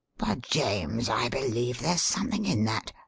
by james, i believe there's something in that!